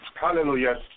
Hallelujah